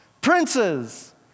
Princes